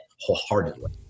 wholeheartedly